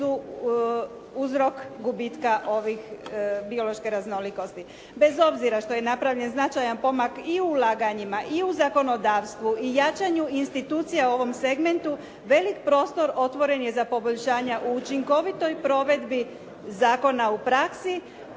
uzrok gubitka biološke raznolikosti. Bez obzira što je napravljen značajan pomak i u ulaganjima i u zakonodavstvu i jačanju institucija u ovom segmentu velik prostor otvoren je za poboljšanja u učinkovitoj provedbi zakona u praksi,